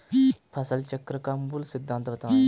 फसल चक्र का मूल सिद्धांत बताएँ?